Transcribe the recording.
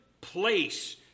place